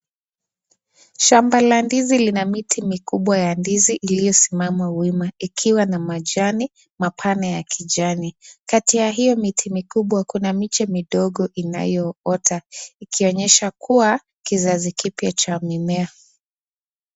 Shamba la ndizi lina miti mikubwa ya ndizi iliyosimama wima ikiwa na majani mapana ya kijani, kati ya hiyo miti mikubwa kuna miche midogo inayoota, ikionyesha kuwa kizazi kipya cha mimea.